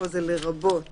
לרבות